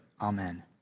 Amen